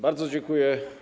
Bardzo dziękuję.